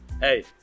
Hey